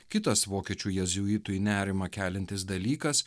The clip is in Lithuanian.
kitas vokiečių jėzuitui nerimą keliantis dalykas